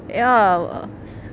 ya s~